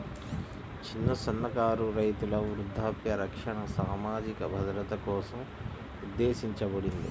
చిన్న, సన్నకారు రైతుల వృద్ధాప్య రక్షణ సామాజిక భద్రత కోసం ఉద్దేశించబడింది